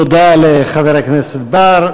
תודה לחבר הכנסת בר.